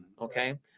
Okay